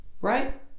Right